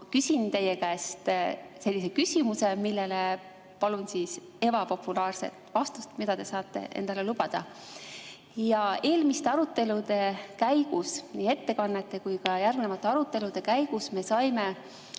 küsin teie käest sellise küsimuse, millele palun ebapopulaarset vastust, mida te saate endale lubada. Eelmiste arutelude käigus, nii ettekannete kui ka järgnenud arutelude käigus me saime